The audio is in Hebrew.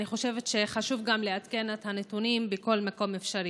אני חושבת שחשוב לעדכן את הנתונים בכל מקום אפשרי.